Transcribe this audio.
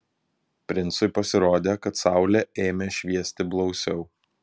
princui pasirodė kad saulė ėmė šviesti blausiau